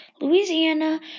Louisiana